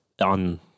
on